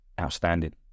outstanding